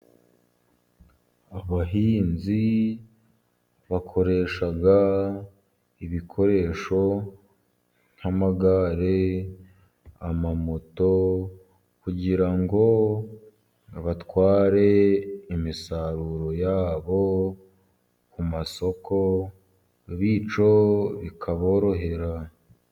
Abahinzi bakoresha ibikoresho nk'amagare amamoto, kugira ngo batware imisaruro yabo ku masoko, bicyo bikaborohera.